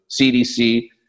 CDC